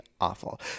awful